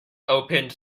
opened